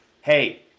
hey